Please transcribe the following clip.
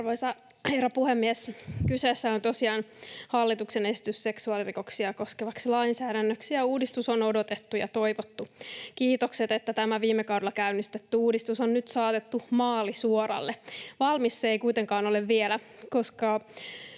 Arvoisa herra puhemies! Kyseessä on tosiaan hallituksen esitys seksuaalirikoksia koskevaksi lainsäädännöksi, ja uudistus on odotettu ja toivottu. Kiitokset, että tämä viime kaudella käynnistetty uudistus on nyt saatettu maalisuoralle. Valmis se ei kuitenkaan ole vielä, koska